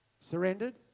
Surrendered